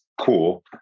cool